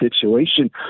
situation